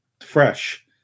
fresh